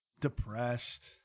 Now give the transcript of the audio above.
depressed